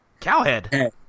cowhead